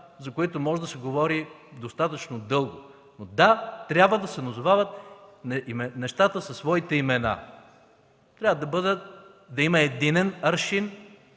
за които може да се говори достатъчно дълго. Да, трябва да се назовават нещата със своите имена. Трябва да има единен аршин,